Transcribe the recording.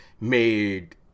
made